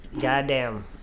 goddamn